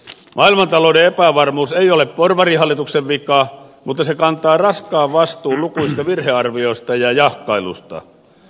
maailmantalouden epävarmuus ei ole porvarihallituksen vika mutta se kantaa raskaan vastuun lukuisista virhearvioista ja jahkailusta